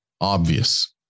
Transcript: obvious